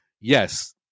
Yes